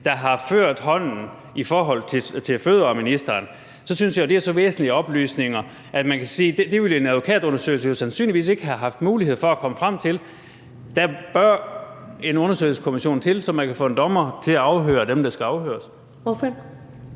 der har ført hånden i forhold til fødevareministeren, så synes jeg jo, at det er så væsentlige oplysninger, at man kan sige, at det ville en advokatundersøgelse sandsynligvis ikke have haft mulighed for at komme frem til. Der bør vi få en undersøgelseskommission, så man kan få en dommer til at afhøre dem, der skal afhøres.